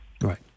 Right